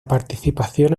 participación